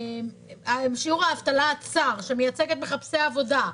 שיעור האבטלה הצר שמייצג את מחפשי העבודה,